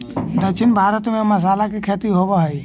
दक्षिण भारत में मसाला के खेती होवऽ हइ